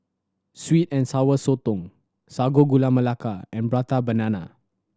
sweet and Sour Sotong Sago Gula Melaka and Prata Banana